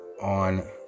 on